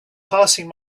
passing